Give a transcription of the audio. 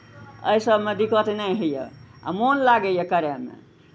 एहि सभमे दिक्कत नहि होइए आ मोन लागैए करयमे